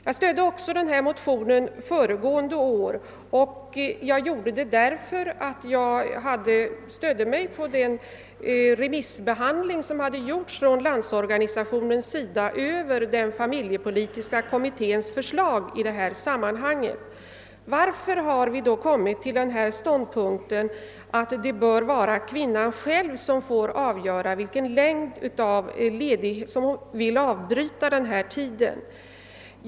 Jag biträdde denna motion även föregående år, och jag stödde mig på Landsorganisationens remissbehandling av familjepolitiska kommitténs förslag i detta sammanhang. Varför har vi då kommit till denna ståndpunkt, att det bör vara kvinnan själv som får avgöra när hon vill avbryta ledigheten?